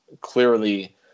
clearly